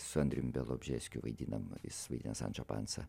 su andrium bialobžeskiu vaidinam jis vaidina sančą pansą